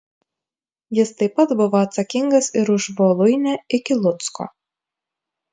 jis taip pat buvo atsakingas ir už voluinę iki lucko